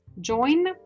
join